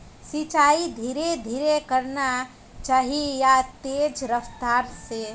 सिंचाई धीरे धीरे करना चही या तेज रफ्तार से?